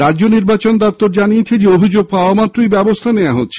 রাজ্য নির্বাচন দপ্তর জানিয়েছে অভিযোগ পাওয়া মাত্রই ব্যবস্থা নেওয়া হচ্ছে